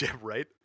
right